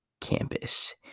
campus